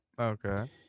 Okay